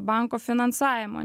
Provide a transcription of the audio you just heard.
banko finansavimo